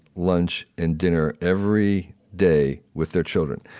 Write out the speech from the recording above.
lunch, and dinner every day with their children.